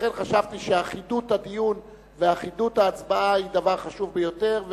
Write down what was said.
לכן חשבתי שאחידות הדיון ואחידות ההצבעה הן דבר חשוב ביותר.